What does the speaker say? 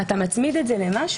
אני חושבת שיש שני אפיקים.